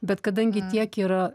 bet kadangi tiek yra